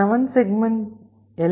7 segment L